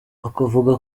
akavuga